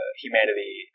humanity